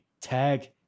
Tag